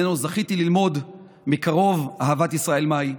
שממנו זכיתי ללמוד מקרוב אהבת ישראל מהי,